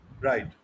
Right